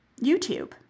YouTube